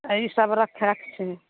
इहए सब रखै कऽ छै